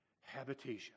habitation